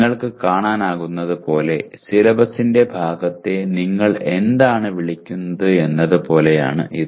നിങ്ങൾക്ക് കാണാനാകുന്നതുപോലെ സിലബസിന്റെ ഭാഗത്തെ നിങ്ങൾ എന്താണ് വിളിക്കുന്നത് എന്നത് പോലെയാണ് ഇത്